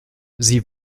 sie